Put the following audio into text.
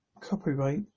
Copyright